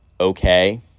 okay